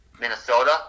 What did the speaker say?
Minnesota